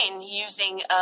using